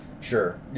Sure